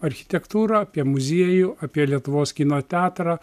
architektūrą apie muziejų apie lietuvos kino teatrą